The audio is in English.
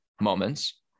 Moments